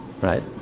Right